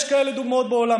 יש כאלה דוגמאות בעולם.